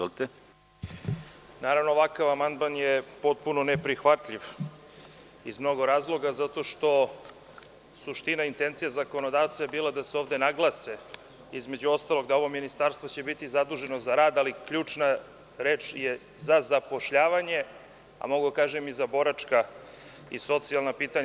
Ovakav amandman je potpuno ne prihvatljiv iz mnogo razloga, i to zato što je suština i intencija zakonodavca bila da se ovde naglase, između ostalog, da će ovo ministarstvo biti zaduženo za rad, ali ključna reč je za zapošljavanje, a mogu da kažem i za boračka i socijalna pitanja.